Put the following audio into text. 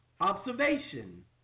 observation